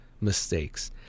mistakes